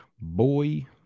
Boy